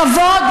כבוד,